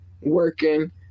working